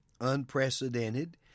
unprecedented